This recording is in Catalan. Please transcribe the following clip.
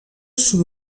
sud